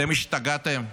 אתם השתגעתם?